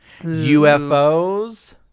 UFOs